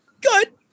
good